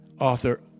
author